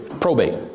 probate.